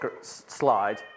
slide